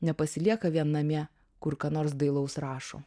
nepasilieka vien namie kur ką nors dailaus rašo